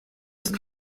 ist